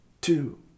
two